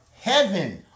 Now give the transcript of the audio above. heaven